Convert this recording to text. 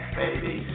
baby